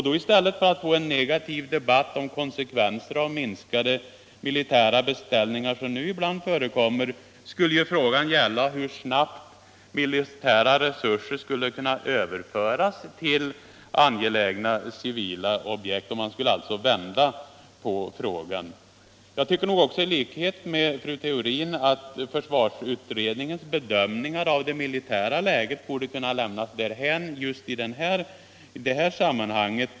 I stället för en negativ debatt om konsekvenser av minskade militära beställningar, som ibland förekommer, skulle det gälla hur snabbt militära resurser skulle kunna överföras till angelägna civila objekt. Man skulle alltså vända på frågan. Jag tycker nog också i likhet med fru Theorin att försvarsutredningens bedömningar av det militära läget borde kunna lämnas därhän i detta sammanhang.